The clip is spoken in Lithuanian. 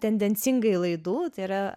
tendencingai laidų tai yra